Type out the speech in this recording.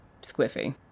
squiffy